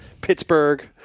Pittsburgh